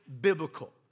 biblical